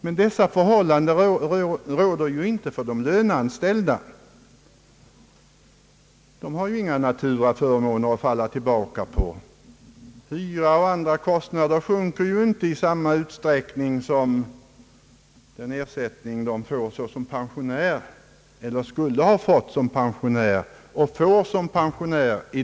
Men dessa förhållanden råder ju inte för de löneanställda. De har inga naturaförmåner att falla tillbaka på. Hyra och andra kostnader sjunker inte när de endast får inkomster som pensionärer.